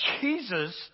Jesus